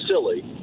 silly